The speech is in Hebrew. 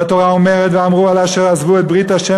והתורה אומרת: "ואמרו על אשר עזבו את ברית ה'